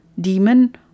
demon